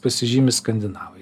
pasižymi skandinavai